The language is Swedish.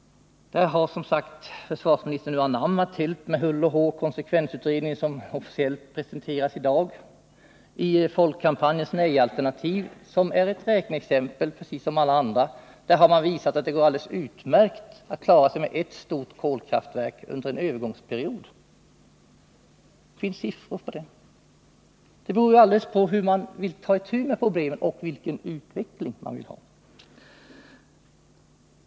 Där har försvarsministern som sagt helt och hållet anammat konsekvensutredningens betänkande, som officiellt presenteras i dag. I Folkkampanjens nej-alternativ, som är ett räkneexempel precis som alla andra, har man visat att det går alldeles utmärkt att klara sig med ett stort kolkraftverk under en övergångsperiod. Det finns siffror på det. Allt beror på hur man vill ta itu med problemen och vilken utveckling man vill ha.